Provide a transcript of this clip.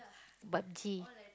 Pub-G